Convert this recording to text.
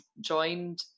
joined